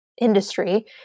industry